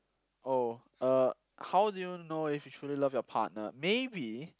oh uh how do you know if you truly love your partner maybe